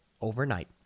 overnight